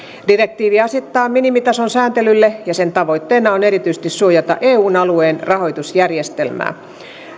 direktiivi asettaa minimitason sääntelylle ja sen tavoitteena on erityisesti suojata eun alueen rahoitusjärjestelmää